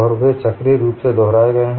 और वे चक्रीय रूप से दोहराये गये हैं